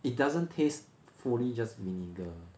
it doesn't taste fully just vinegar